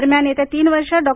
दरम्यान येत्या तीन वर्षात डॉ